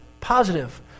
positive